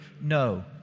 no